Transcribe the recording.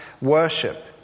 worship